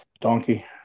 Donkey